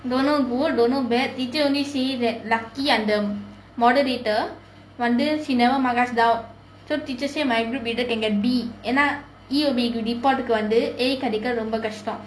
don't know good don't know bad teacher only see that lucky அந்த:antha moderator வந்து:vanthu she never mark us out so teacher say my group leader can get B end up ஏன்னா:yaennaa E_O_B report க்கு வந்து:ikku vanthu A கிடைக்க ரொம்ப கஷ்டம்:kidaikka romba kashtam